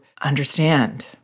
understand